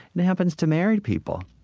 and it happens to married people